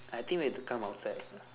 I think we have to come outside